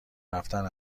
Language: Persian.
رفتن